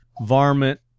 Varmint